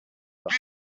bas